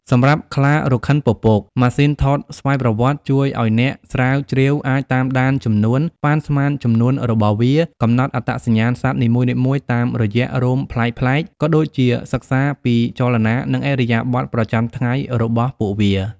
សម្រាប់ខ្លារខិនពពក ម៉ាស៊ីនថតស្វ័យប្រវត្តិជួយឲ្យអ្នកស្រាវជ្រាវអាច តាមដានចំនួន ប៉ាន់ស្មានចំនួនរបស់ពួកវា កំណត់អត្តសញ្ញាណសត្វនីមួយៗតាមរយៈរោមប្លែកៗ ក៏ដូចជាសិក្សាពី ចលនា និងឥរិយាបថ ប្រចាំថ្ងៃរបស់ពួកវា។